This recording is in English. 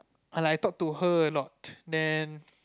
I like talk to her a lot then